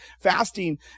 Fasting